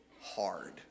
hard